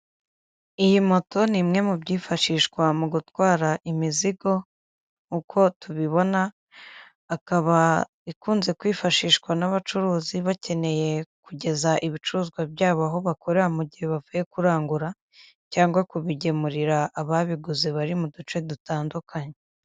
Iyi moto ni imwe mu byifashishwa mu gutwara imizigo, uko tubibona ikaba ikunze kwifashishwa n'abacuruzi bakeneye kugeza ibicuruzwa byabo aho bakorera mu gihe bavuye kurangura cyangwa kubigemurira ababiguze bari mu duce dutandukanye.